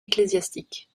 ecclésiastiques